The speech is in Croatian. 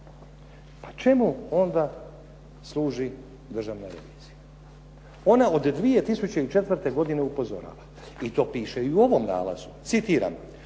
Pa čemu onda služi Državna revizija. Ona od 2004. godine upozorava i to piše i u ovom nalazu. Citiram: